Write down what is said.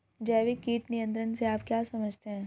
जैविक कीट नियंत्रण से आप क्या समझते हैं?